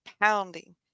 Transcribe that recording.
pounding